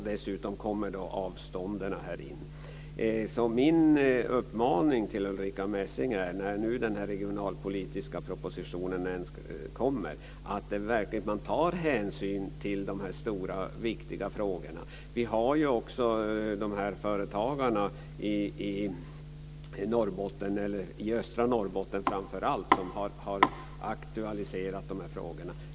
Dessutom kommer avstånden in i bilden. Så min uppmaning till Ulrica Messing är att man när nu den här regionalpolitiska propositionen kommer verkligen tar hänsyn till dessa stora och viktiga frågor. Vi har ju också det här med företagarna i Norrbotten, framför allt östra Norrbotten, som har aktualiserat dessa frågor.